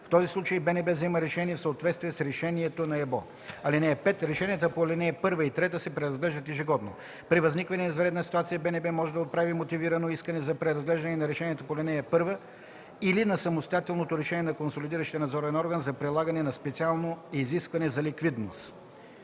В този случай БНБ взема решение в съответствие с решението на ЕБО. (5) Решенията по ал. 1 и 3 се преразглеждат ежегодно. При възникване на извънредна ситуация БНБ може да отправи мотивирано искане за преразглеждане на решението по ал. 1 или на самостоятелното решение на консолидиращия надзорен орган за прилагане на специално изискване за ликвидност.”